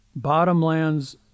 bottomlands